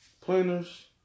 planners